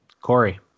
Corey